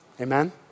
Amen